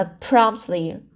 promptly